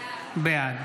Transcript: בעד